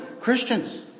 Christians